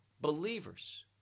believers